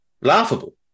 Laughable